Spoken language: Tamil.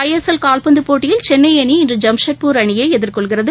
ஐ எஸ் எல் கால்பந்து போட்டியில் சென்னை அணி இன்று ஜம்ஷெட்பூர் அணியை எதிர்கொள்கிறது